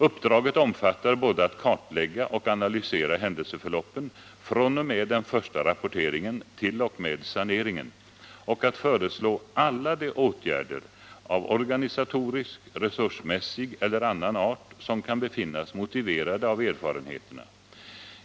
Uppdraget omfattar både att kartlägga och analysera händelseförloppen fr.o.m. den första rapporteringen t.o.m. saneringen och att föreslå alla de åtgärder av organisatorisk, resursmässig eller annan art som kan befinnas motiverade av erfarenheterna.